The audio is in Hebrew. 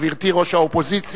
גברתי ראש האופוזיציה,